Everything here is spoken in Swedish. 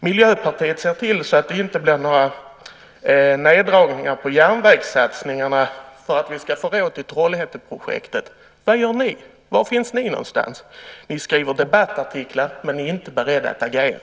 Miljöpartiet ser till att det inte blir några neddragningar på järnvägssatsningarna för att vi ska få råd med Trollhätteprojektet. Vad gör ni? Var finns ni? Ni skriver debattartiklar, men är inte beredda att agera.